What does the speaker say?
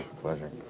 Pleasure